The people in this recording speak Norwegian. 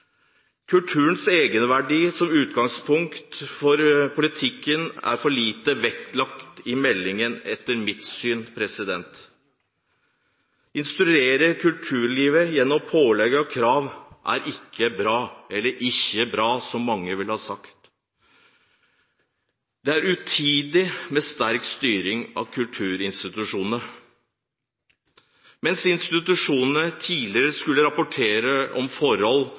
Kulturens egenverdi som utgangspunkt for politikken er for lite vektlagt i meldingen, etter mitt syn. Å instruere kulturlivet gjennom pålegg og krav er ikke bra – eller «ikkje bra», som mange ville ha sagt. Det er utidig med sterk styring av kulturinstitusjonene. Mens institusjonene tidligere skulle rapportere om forhold